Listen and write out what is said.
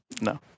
no